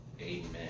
Amen